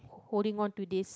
holding onto this